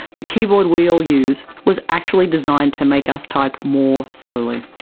the keyboard we all use was actually designed to make us type more slowly.